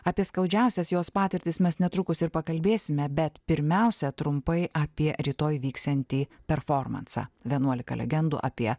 apie skaudžiausias jos patirtis mes netrukus ir pakalbėsime bet pirmiausia trumpai apie rytoj vyksiantį performansą vienuolika legendų apie